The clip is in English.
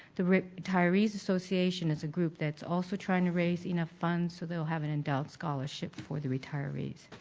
the retirees association is a group that's also trying to raise enough funds so they'll have an endowed scholarship for the retirees.